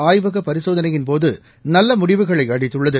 ஆய்வக பரிசேதனையின்போது நல்ல முடிவுகளை அளித்துள்ளது